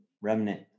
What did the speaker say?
remnant